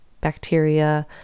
bacteria